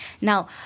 Now